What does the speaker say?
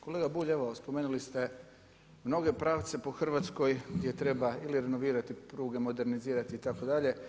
Kolega Bulj, evo spomenuli ste mnoge pravce po Hrvatskoj gdje treba ili renovirati pruge, modernizirati itd.